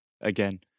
Again